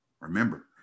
Remember